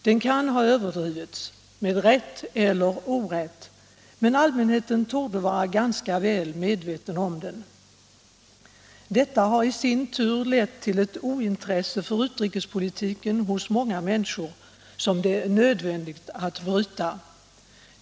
Den kan ha överdrivits — med rätt eller orätt — men allmänheten torde vara ganska väl medveten om den. Detta har i sin tur lett till ett ointresse för utrikespolitiken hos många människor som det är nödvändigt att bryta.